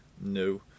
no